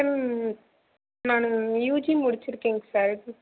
நான் யூஜி முடிச்சிருக்கேங்க சார்